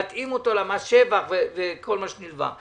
להתאים אותו למס שבח ולכל מה שנלווה.